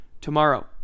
Tomorrow